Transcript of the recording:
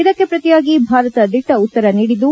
ಇದಕ್ಕೆ ಪ್ರತಿಯಾಗಿ ಭಾರತ ದಿಟ್ಟ ಉತ್ತರ ನೀಡಿದ್ದು